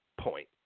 point